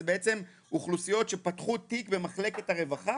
אלו בעצם אוכלוסיות שפתחו תיק במחלקת הרווחה